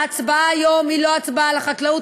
ההצבעה היום היא לא הצבעה על החקלאות,